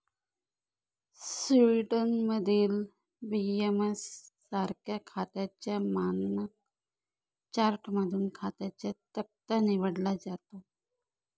स्वीडनमधील बी.ए.एस सारख्या खात्यांच्या मानक चार्टमधून खात्यांचा तक्ता निवडला जातो